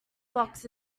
box